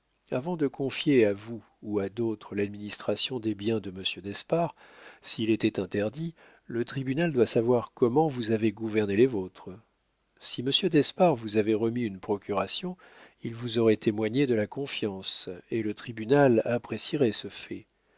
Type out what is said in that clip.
avant de confier à vous ou à d'autres l'administration des biens de monsieur d'espard s'il était interdit le tribunal doit savoir comment vous avez gouverné les vôtres si monsieur d'espard vous avait remis une procuration il vous aurait témoigné de la confiance et le tribunal apprécierait ce fait